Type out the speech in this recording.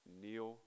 kneel